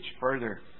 further